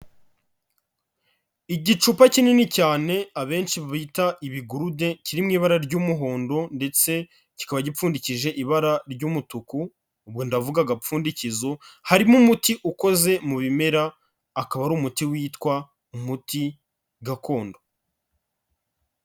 Igicupa kinini cyane abenshi bita ibigurude kiri mu ibara ry'umuhondo ndetse kikaba gipfundikije ibara ry'umutuku, ubwo ndavuga agapfundikizo, harimo umuti ukoze mu bimera, akaba ari umuti witwa umuti gakondo.